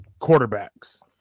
quarterbacks